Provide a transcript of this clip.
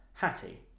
Hattie